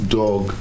dog